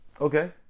Okay